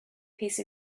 piece